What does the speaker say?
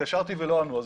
התקשרתי ולא ענו.